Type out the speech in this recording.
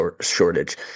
shortage